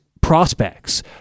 prospects